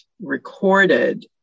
recorded